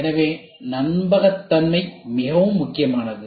எனவே நம்பகத்தன்மை மிகவும் முக்கியமானது